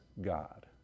God